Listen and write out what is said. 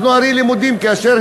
אנחנו הרי למודי ניסיון.